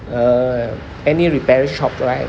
err any repairing shop right